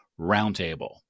Roundtable